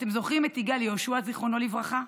אתם זוכרים את יגאל יהושע, זיכרונו לברכה?